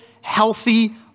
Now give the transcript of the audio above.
healthy